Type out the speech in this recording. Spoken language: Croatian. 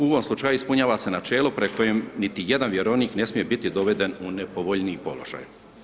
U ovom slučaju ispunjava se načelo pred kojim niti jedan vjerovnik ne smije biti doveden u nepovoljniji položaj.